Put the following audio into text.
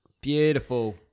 Beautiful